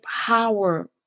power